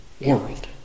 world